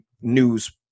news